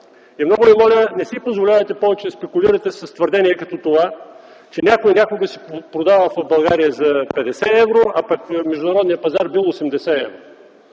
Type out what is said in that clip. Много Ви моля, не си позволявайте повече да спекулирате с твърдения като това, че някой някога си продавал в България за 50 евро, а пък международният пазар бил 80 евро.